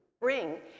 bring